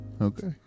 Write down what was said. Okay